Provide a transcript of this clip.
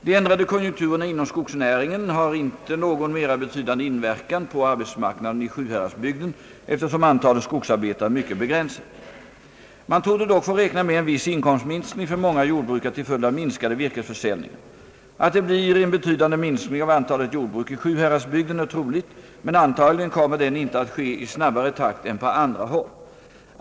De ändrade konjunkturerna inom skogsnäringen har inte någon mera betydande inverkan på arbetsmarknaden i Sjuhäradsbygden, eftersom «antalet skogsarbetare är mycket begränsat. Man torde dock få räkna med en viss inkomstminskning för många jordbrukare till följd av minskade virkesförsäljningar. Att det blir en betydande minskning av antalet jordbruk i Sjuhäradsbygden är troligt, men antagligen kommer den inte att ske i snabbare takt än på andra håll.